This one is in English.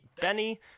Benny